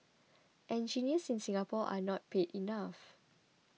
engineers in Singapore are not paid enough